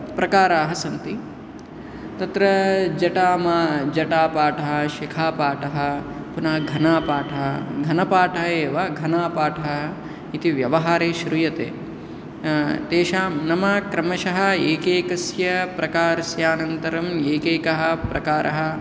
प्रकाराः सन्ति तत्र जटा मा जटापाठा शिखापाठः पुनः घनापाठा घनपाठः एव घनापाठः इति व्यवहारे श्रूयते तेषां नाम क्रमशः एकैकस्य प्रकारस्यानन्तरं एकैकः प्रकारः